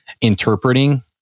interpreting